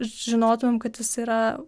žinotumėm kad jis yra